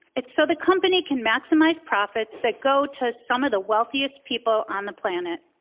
it's so the company can maximize profits that go to some of the wealthiest people on the planet.